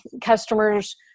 customers